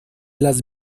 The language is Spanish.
las